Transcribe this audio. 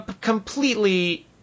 completely